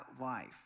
life